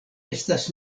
estas